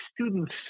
students